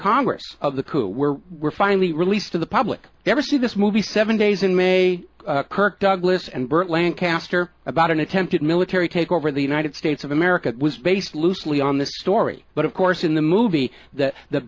congress of the coup were finally released to the public ever see this movie seven days in may kirk douglas and burt lancaster about an attempted military takeover of the united states of america was based loosely on this story but of course in the movie that the